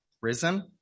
Risen